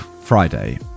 friday